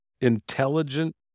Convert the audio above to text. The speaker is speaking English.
intelligent